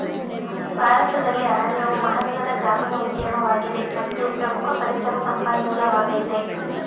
ಭಾರತದಲ್ಲಿ ಅರಣ್ಯವು ಮಹತ್ವದ ಗ್ರಾಮೀಣ ಉದ್ಯಮವಾಗಿದೆ ಮತ್ತು ಪ್ರಮುಖ ಪರಿಸರ ಸಂಪನ್ಮೂಲವಾಗಯ್ತೆ